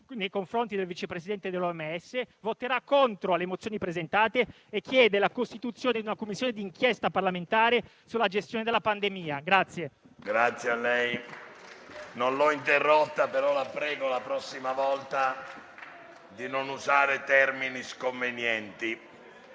nei confronti del vice presidente dell'OMS, voterà contro le mozioni presentate e chiede la costituzione di una Commissione d'inchiesta parlamentare sulla gestione della pandemia. PRESIDENTE. Non l'ho interrotta, ma la prego, la prossima volta, di non usare termini sconvenienti.